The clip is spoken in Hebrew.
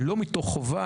כשנוח לנו אנחנו מסורתיים,